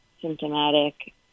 symptomatic